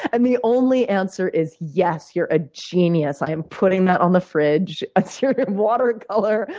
and the only answer is, yes, you're a genius. i'm putting that on the fridge. it's your watercolor.